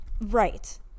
Right